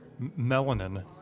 melanin